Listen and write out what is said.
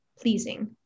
pleasing